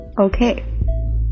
Okay